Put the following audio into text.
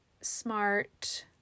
smart